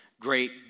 great